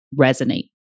resonate